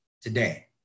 today